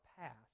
past